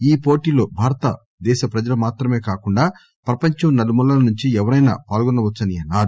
ఈ పోటీలో భారతదేశ ప్రజలు మాత్రమే కాకుండా ప్రపంచం నలుమూలల నుండి ఎవరైనా పాల్గొనవచ్చునన్నారు